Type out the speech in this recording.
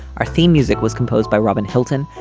our theme music was composed by robin hilton.